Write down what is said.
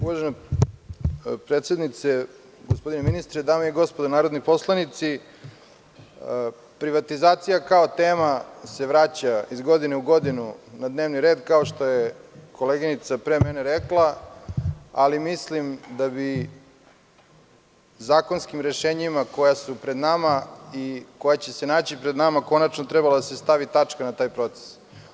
Uvažena predsednice, gospodine ministre, dame i gospodo narodni poslanici, privatizacija kao tema se vraća iz godine u godinu na dnevni red, kao što je koleginica pre mene rekla, ali mislim da bi zakonskim rešenjima, koja su pred nama, koja će se naći pred nama, konačno trebala da se stavi tačka na taj proces.